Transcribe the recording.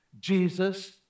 Jesus